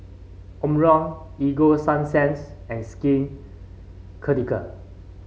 Omron Ego Sunsense and Skin Ceutical